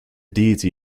deity